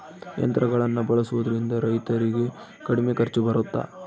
ಯಂತ್ರಗಳನ್ನ ಬಳಸೊದ್ರಿಂದ ರೈತರಿಗೆ ಕಡಿಮೆ ಖರ್ಚು ಬರುತ್ತಾ?